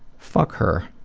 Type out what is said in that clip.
fuck her.